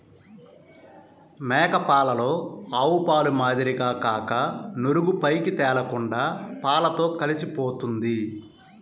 మేక పాలలో ఆవుపాల మాదిరిగా కాక నురుగు పైకి తేలకుండా పాలతో కలిసిపోతుంది